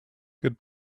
good